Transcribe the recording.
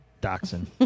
dachshund